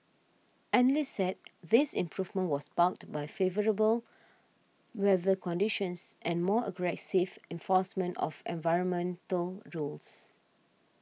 analysts said this improvement was sparked by favourable weather conditions and more aggressive enforcement of environmental rules